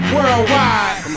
Worldwide